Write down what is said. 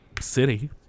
city